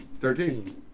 Thirteen